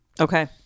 Okay